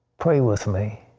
pray with me.